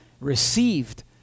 received